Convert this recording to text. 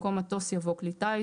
במקום "מטוס" יבוא "כלי טיס",